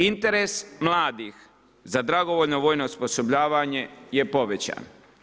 Interes mladih za dragovoljno vojno osposobljavanje je povećan.